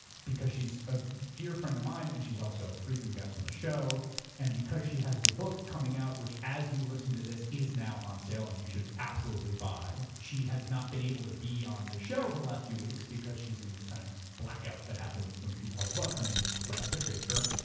because she's a dear friend of mine and she's also a frequent guest on the show and because she has the book coming out, which as you listened to this is now on sale and you should absolutely buy. she has not been able to be on the show for the last few weeks because she's in this kind of blackout that happens when people have a book. her name is rebecca traister.